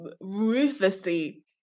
ruthlessly